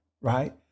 right